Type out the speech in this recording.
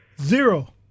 Zero